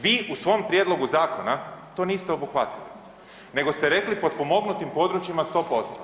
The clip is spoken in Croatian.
Vi u svom prijedlogu zakona to niste obuhvatili nego ste rekli potpomognutim područjima 100%